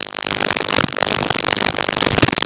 finding the person that is correct for you ah right